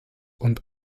und